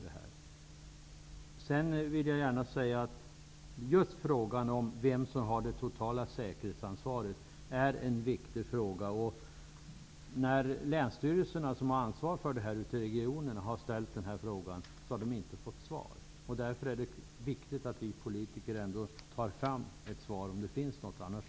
Det är vidare viktigt att veta vem som har det totala säkerhetsansvaret, men när länsstyrelserna, som har ansvaret för detta ute i regionerna, har ställt den frågan har de inte fått något svar. Det är viktigt att vi politiker ger ett besked i den frågan, om det finns något svar på den.